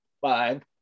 Five